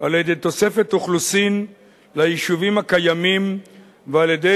על-ידי תוספת אוכלוסין ליישובים הקיימים ועל-ידי